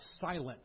silence